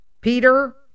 Peter